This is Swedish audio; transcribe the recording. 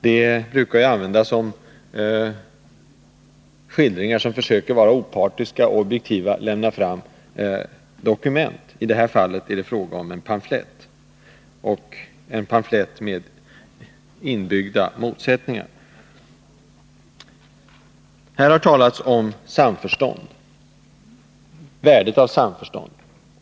Det brukar ju användas när man talar om skildringar där man försöker vara opartisk och objektiv och där man presenterar dokument. I det här fallet är det fråga om en pamflett, en pamflett med inbyggda motsättningar. Här har också talats om värdet av samförstånd.